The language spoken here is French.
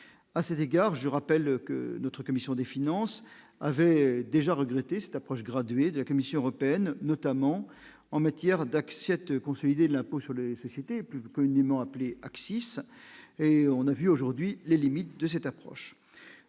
à cet égard, je rappelle que notre commission des finances avait déjà regretté cette approche graduée de la Commission européenne, notamment en matière d'accès, de consolider l'impôt sur les sociétés, plus communément appelé Axis et on a vu aujourd'hui les limites de cette approche